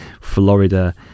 Florida